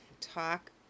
talk